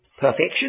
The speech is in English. perfection